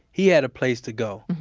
he had a place to go.